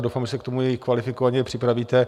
Doufám, že se k tomu i kvalifikovaně připravíte.